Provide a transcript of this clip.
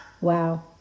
Wow